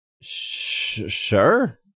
Sure